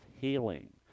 healing